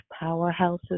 powerhouses